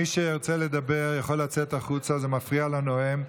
מי שרוצה לדבר יכול לצאת החוצה, זה מפריע לנואם.